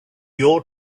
your